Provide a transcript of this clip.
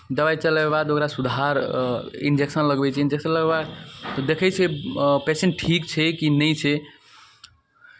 दबाइ चलबैके बाद ओकरा सुधार इन्जेक्शन लगबै छै इन्जेक्शन लगबैके बाद देखै छै पेशेन्ट ठीक छै कि नहि छै